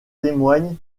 témoignent